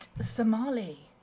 Somali